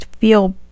feel